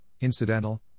incidental